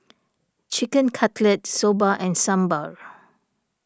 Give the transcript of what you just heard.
Chicken Cutlet Soba and Sambar